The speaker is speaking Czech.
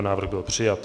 Návrh byl přijat.